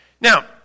Now